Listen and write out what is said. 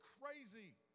crazy